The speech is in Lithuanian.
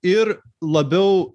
ir labiau